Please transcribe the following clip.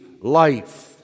life